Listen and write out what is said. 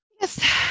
Yes